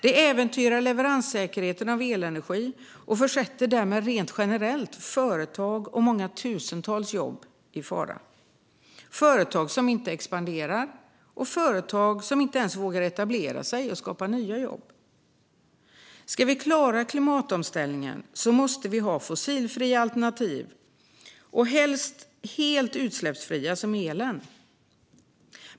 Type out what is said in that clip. Det äventyrar leveranssäkerheten av elenergi och försätter därmed rent generellt företag och många tusentals jobb i fara. Vi får företag som inte expanderar och företag som inte ens vågar etablera sig och skapa nya jobb. Ska vi klara klimatomställningen måste vi ha fossilfria alternativ och helst helt utsläppsfria alternativ, som elen.